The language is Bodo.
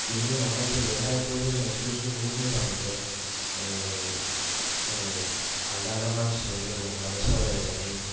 बेनि उनाव हाय जों देरहायाखैबाबो जों इकस्फिरेन्सखौ बुहुत मोजां मोनदों माने जोङो आलदा आलदा मानसिजों लोगो हमनानै सावरायलायनानै